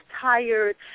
tired